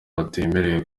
batemerewe